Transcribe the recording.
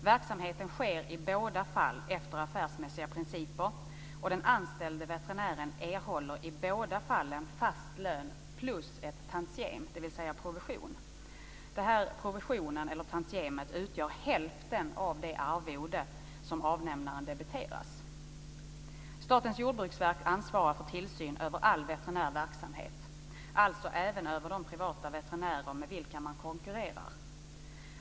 Verksamheten sker i båda fallen efter affärsmässiga principer, och den anställde veterinären erhåller i båda fallen fast lön plus ett tantiem, dvs. provision. Tantiemet utgör hälften av det arvode som avnämaren debiteras. Statens jordbruksverk ansvarar för tillsyn över all veterinär verksamhet, alltså även över de privata veterinärer med vilka man konkurrerar.